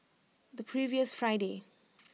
the previous Friday